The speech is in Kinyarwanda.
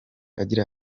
agira